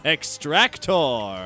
Extractor